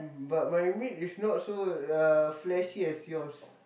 but my meat is not so uh fleshy as yours